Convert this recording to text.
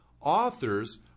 authors